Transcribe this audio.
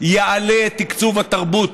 יעלה תקצוב התרבות